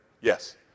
Yes